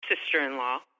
sister-in-law